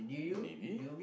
maybe